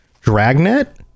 Dragnet